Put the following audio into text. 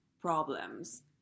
problems